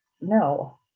no